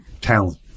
talent